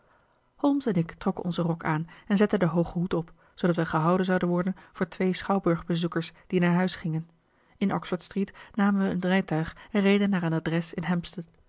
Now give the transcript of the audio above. holmes en ik trokken onzen rok aan en zetten den hoogen hoed op zoodat wij gehouden zouden worden voor twee schouwburgbezoekers die naar huis gingen in oxford street namen wij een rijtuig en reden naar een adres in